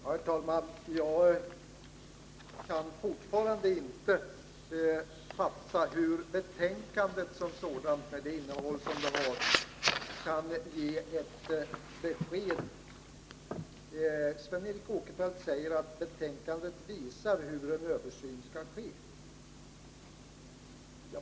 Herr talman! Jag kan fortfarande inte fatta hur betänkandet som sådant — med det innehåll det har — kan ge ett klart besked. Sven Eric Åkerfeldt säger att betänkandet visar hur en översyn skall ske.